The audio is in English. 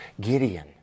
Gideon